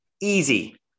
Easy